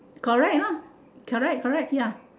correct ah correct correct ya